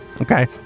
Okay